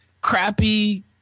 crappy